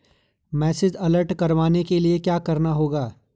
Message alert करवाने के लिए क्या करना होगा?